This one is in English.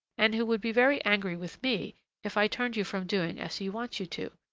and who would be very angry with me if i turned you from doing as he wants you to.